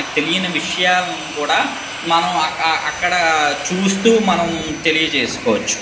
తెలియని విషయాలని కూడా మనం అక్కడ చూస్తూ మనం తెలియజేసుకోవచ్చు